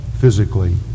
physically